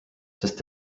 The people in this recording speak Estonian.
sest